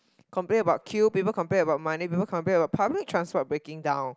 complain about queue people complain about money people complain about public transport breaking down